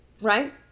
right